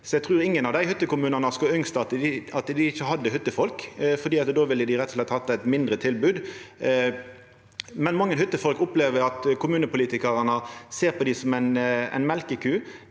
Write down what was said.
Eg trur ingen av desse hyttekommunane hadde ønskt at dei ikkje hadde hyttefolk, for då ville dei rett og slett hatt eit mindre tilbod. Mange hyttefolk opplever at kommunepolitikarane ser på dei som ei mjølkeku,